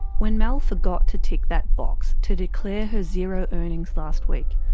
when mel forgot to tick that box to declare her zero earnings last week,